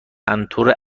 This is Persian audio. اردوان